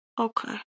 Okay